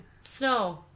Snow